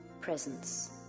presence